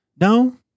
No